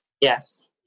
Yes